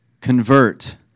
convert